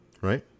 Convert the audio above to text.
Right